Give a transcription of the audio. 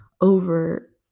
over